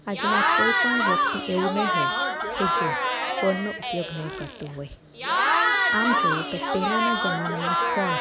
આજના કોઈપણ વ્યક્તિ એવું નહીં હોય કે જે ફોનનો ઉપયોગ નહીં કરતું હોય આમ જોઈએ તો પહેલાંના જમાનામાં ફોન